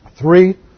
three